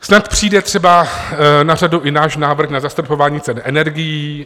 Snad přijde třeba na řadu i náš návrh na zastropování cen energií.